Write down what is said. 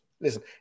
Listen